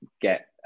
get